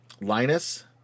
Linus